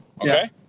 Okay